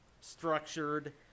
structured